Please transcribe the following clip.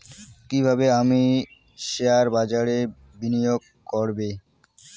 কিভাবে আমি শেয়ারবাজারে বিনিয়োগ করবে?